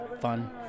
fun